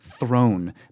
Throne